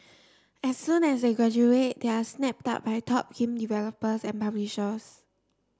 as soon as they graduate they are snapped very top game developers and publishers